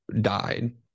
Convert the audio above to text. died